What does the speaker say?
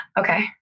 Okay